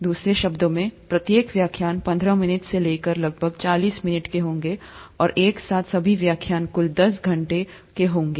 दूसरे शब्दों में प्रत्येक व्याख्यान पंद्रह मिनट से लेकर लगभग चालीस मिनट के होंगे और एक साथ सभी व्याख्यान कुल दस घंटे होंगे